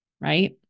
Right